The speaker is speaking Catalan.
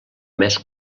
més